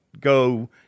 go